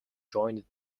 joined